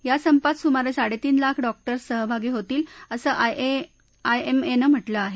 या संपात सुमारे साडे तीन लाख डॉक्टर्स सहभागी होतील असं आयएमएने म्हटलं आहे